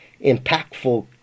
impactful